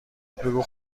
بگو